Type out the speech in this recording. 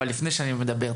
אבל לפני שאני מדבר,